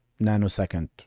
nanosecond